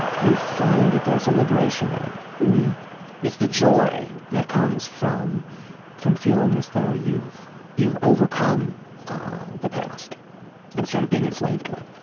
you find that there's a liberation in it it's the joy that comes from from feeling as though you've you've overcome the past instead of being enslaved to it